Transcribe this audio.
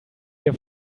ihr